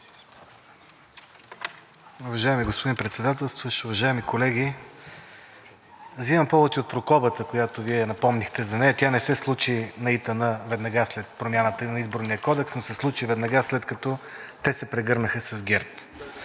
Уважаеми господин Председателстващ, уважаеми колеги. Взимам повод и от прокобата, за която напомнихте – тя не се случи на ИТН веднага след промяната на Изборния кодекс, но се случи веднага след като те се прегърнаха с ГЕРБ.